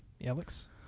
Alex